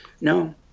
No